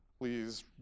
please